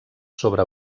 sobre